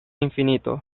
infinito